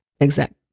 exact